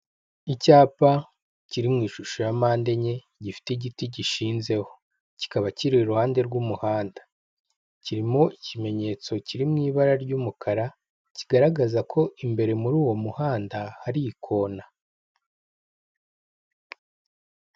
Icyapa kiri mu ishusho ya mpandenye, gifite igiti gishinzeho, kikaba kiri iruhande rw'umuhanda. Kirimo ikimenyetso kiri mu ibara ry'umukara, kigaragaza ko imbere muri uwo muhanda hari ikona.